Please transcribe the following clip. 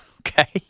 Okay